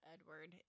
Edward